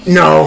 no